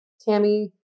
Tammy